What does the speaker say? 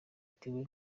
yatewe